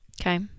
okay